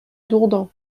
dourdan